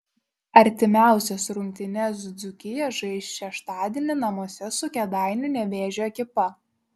artimiausias rungtynes dzūkija žais šeštadienį namuose su kėdainių nevėžio ekipa